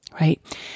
right